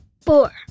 Four